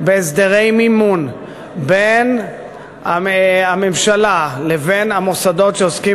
בהסדרי מימון בין הממשלה לבין המוסדות שעוסקים